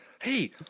hey